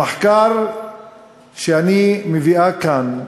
את המחקר שאני מביאה כאן,